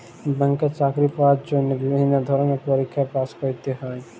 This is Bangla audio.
ব্যাংকে চাকরি পাওয়ার জন্হে বিভিল্য ধরলের পরীক্ষায় পাস্ ক্যরতে হ্যয়